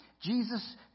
Jesus